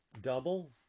double